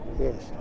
yes